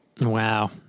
Wow